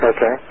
Okay